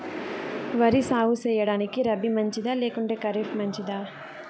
వరి సాగు సేయడానికి రబి మంచిదా లేకుంటే ఖరీఫ్ మంచిదా